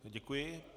Děkuji.